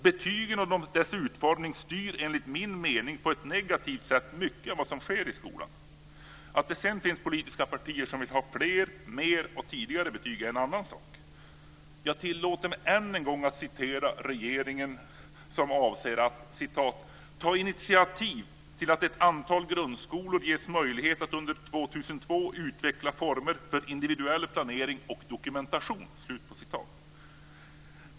Betygen och deras utformning styr enligt min mening på ett negativt sätt mycket av vad som sker i skolan. Att det sedan finns politiska partier som vill ha fler, mer och tidigare betyg är en annan sak. Jag tillåter mig än en gång att citera regeringen, som avser att "ta initiativ till att ett antal grundskolor ges möjlighet att under 2002 utveckla former för individuell planering och dokumentation".